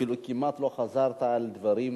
אפילו כמעט לא חזרת על דברים.